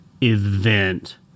event